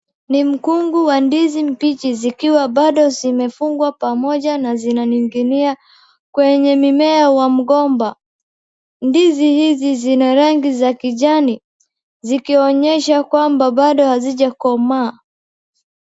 Ni mkungu wa ndizi mbichi zikiwa bado zimefungwa pamoja na zinaning'inia kwenye mimea wa mgomba. Ndizi hizi zina rangi za kijani zikionyesha kwamba bado hazijakomaa.